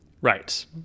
Right